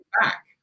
back